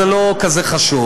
זה לא כל כך חשוב.